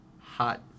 hot